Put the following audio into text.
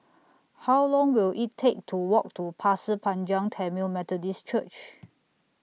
How Long Will IT Take to Walk to Pasir Panjang Tamil Methodist Church